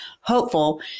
hopeful